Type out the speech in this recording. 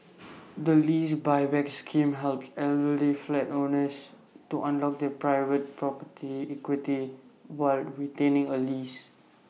the lease Buyback scheme helps elderly flat owners to unlock their private property's equity while retaining A lease